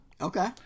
Okay